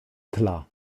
tla